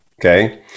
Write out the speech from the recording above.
Okay